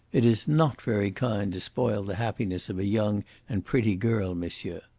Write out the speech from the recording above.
it is not very kind to spoil the happiness of a young and pretty girl, monsieur.